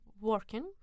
working